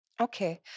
Okay